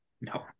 no